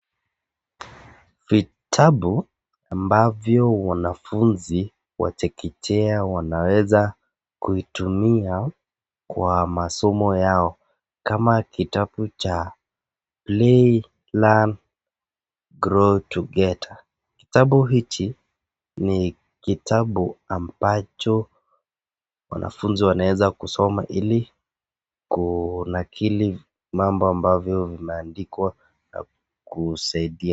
Vitabu ambavyo wanafunzi wa chekechea wanaweza kuituitumia kwa masomo yao kama kitabu cha Play Learn Grow Together, kitabu hiki ni kitabu ambacho wanafunzi wanaweza kusoma ili kunaili mambo ambavyo vimeandikwa kusaidia.